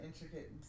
intricate